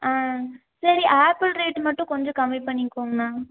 ஆ சரி apple rate மட்டும் கொஞ்சம் கம்மி பண்ணிக்கோங்ண்ணா